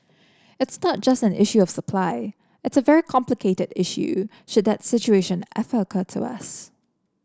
it's not just an issue of supply it's a very complicated issue should that situation ever occur to us